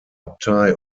abtei